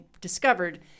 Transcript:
discovered